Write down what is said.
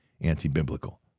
anti-biblical